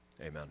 amen